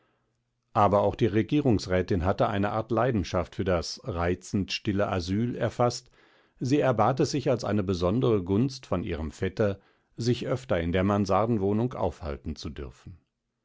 aber auch die regierungsrätin hatte eine art leidenschaft für das reizend stille asyl erfaßt sie erbat es sich als eine besondere gunst von ihrem vetter sich öfter in der mansardenwohnung aufhalten zu dürfen